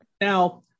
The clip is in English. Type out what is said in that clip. Now